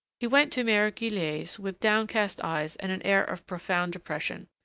he went to mere guillette's, with downcast eyes and an air of profound depression.